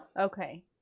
Okay